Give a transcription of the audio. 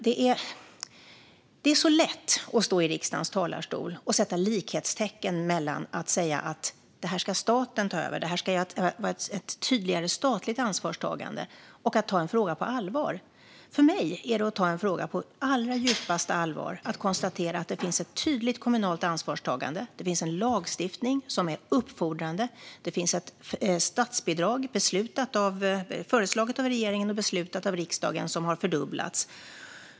Det är så lätt att stå i riksdagens talarstol och sätta likhetstecken mellan att en fråga ska vara ett statligt ansvar och att ta frågan på allvar. För mig är det att ta en fråga på allra djupaste allvar när man konstaterar att det finns ett tydligt kommunalt ansvar, det finns en lagstiftning som är uppfordrande och det finns ett statsbidrag, föreslaget av regeringen och beslutat av riksdagen, som har fördubblats.